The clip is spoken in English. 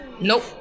Nope